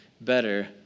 better